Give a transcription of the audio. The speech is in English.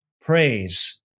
Praise